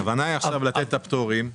הכוונה לתת את הפטורים.